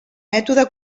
mètode